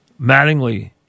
Mattingly